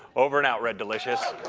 over and out red delicious.